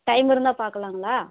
time இருந்தால் பார்க்கலாங்களா